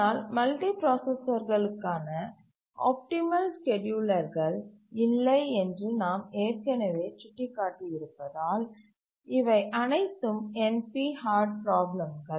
ஆனால் மல்டிபிராசசர்களுக்கான ஆப்டிமல் ஸ்கேட்யூலர்கள் இல்லை என்று நாம் ஏற்கனவே சுட்டிக்காட்டியிருப்பதால் இவை அனைத்தும் என்பி ஹார்டு பிராப்ளம்கள்